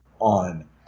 on